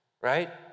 right